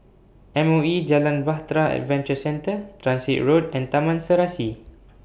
M O E Jalan Bahtera Adventure Centre Transit Road and Taman Serasi